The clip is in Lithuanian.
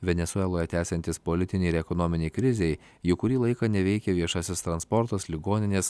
venesueloje tęsiantis politinei ir ekonominei krizei jau kurį laiką neveikia viešasis transportas ligoninės